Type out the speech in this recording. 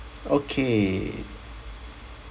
okay